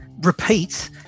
repeat